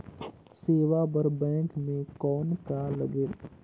सेवा बर बैंक मे कौन का लगेल?